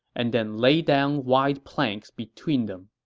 and then laid down wide planks between them.